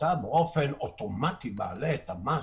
שבאופן אוטומטי אתה מעלה את המס.